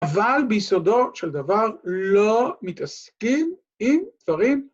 אבל ביסודו של דבר לא מתעסקים עם דברים.